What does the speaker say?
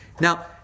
Now